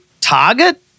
Target